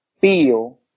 feel